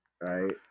right